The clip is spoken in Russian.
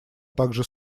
также